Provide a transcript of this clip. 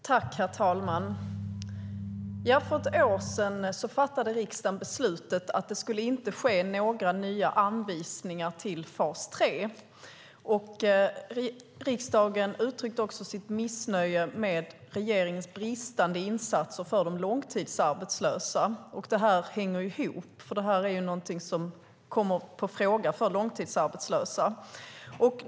Herr talman! För ett år sedan fattade riksdagen beslutet att det inte skulle ske några nya anvisningar till fas 3. Riksdagen uttryckte också sitt missnöje med regeringens bristande insatser för de långtidsarbetslösa. Detta hänger ihop, för det är någonting som kommer i fråga för långtidsarbetslösa.